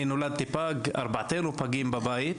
אני נולדתי פג, ארבעתנו פגים בבית,